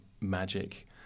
magic